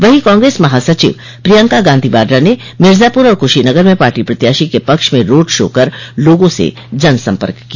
वहीं कांग्रेस महासचिव प्रियंका गांधी वाड्रा ने मिर्जापुर और कुशीनगर में पार्टी प्रत्याशी के पक्ष में रोड शो कर लोगों से जनसम्पर्क किया